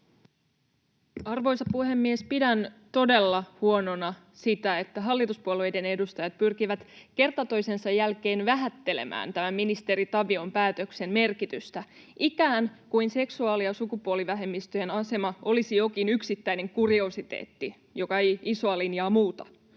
Arvoisa puhemies! Pidän todella huonona sitä, että hallituspuolueiden edustajat pyrkivät kerta toisensa jälkeen vähättelemään tämän ministeri Tavion päätöksen merkitystä ikään kuin seksuaali- ja sukupuolivähemmistöjen asema olisi jokin yksittäinen kuriositeetti, joka ei isoa linjaa muuta.